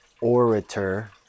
orator